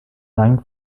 langen